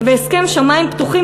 והסכם "שמים פתוחים",